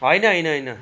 होइन होइन होइन